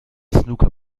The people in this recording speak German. snooker